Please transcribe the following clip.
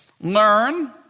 Learn